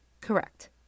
Correct